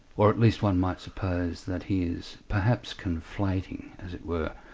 or at least one might suppose that he is perhaps conflating, as it were,